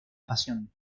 pasión